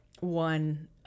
one